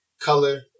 color